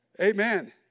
Amen